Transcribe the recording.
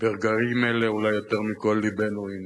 ברגעים אלה אולי יותר מכול לבנו עם